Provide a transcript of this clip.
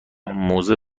موزه